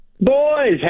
Boys